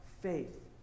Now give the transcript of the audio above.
faith